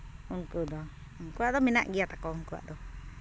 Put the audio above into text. ᱩᱱᱠᱩ ᱫᱚ ᱩᱱᱠᱩ ᱫᱚ ᱢᱮᱱᱟᱜ ᱜᱮ ᱛᱟᱠᱚ ᱩᱱᱠᱩᱣᱟᱜ ᱫᱚ